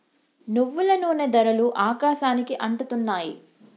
నువ్వుల నూనె ధరలు ఆకాశానికి అంటుతున్నాయి